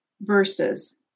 verses